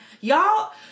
Y'all